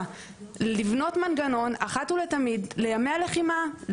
לבנות מנגנון אחת ולתמיד לימי לחימה,